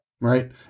Right